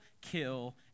kill